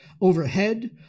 overhead